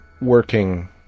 working